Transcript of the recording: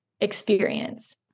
experience